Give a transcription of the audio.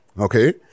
okay